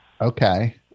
Okay